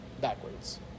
backwards